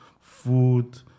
Food